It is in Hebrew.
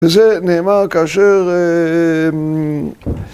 זה נאמר כאשר